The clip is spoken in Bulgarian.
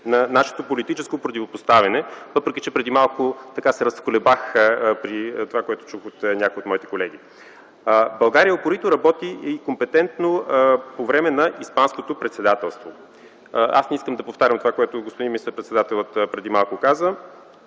на нашето политическо противопоставяне, въпреки че преди малко се разколебах, при това, което чух от някои от моите колеги. България упорито и компетентно работи по време на испанското председателство. Аз не искам да повтарям това, което господин министър-председателят преди малко каза,